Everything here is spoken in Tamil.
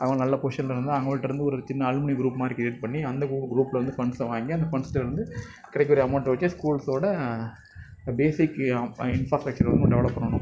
அவங்க நல்ல பொசிஷன்ல இருந்தால் அவங்கள்டேருந்து ஒரு சின்ன அலுமினி குரூப் மாதிரி கிரியேட் பண்ணி அந்த குரூப்ல வந்து ஃபண்ட்ஸை வாங்கி அந்த ஃபண்ட்ஸை வந்து கிடைக்கிற அமோண்டை வச்சு ஸ்கூல்ஸோட பேசிக் இன்ப்ராஸ்ட்ரக்சரை வந்து டெவலப் பண்ணனும்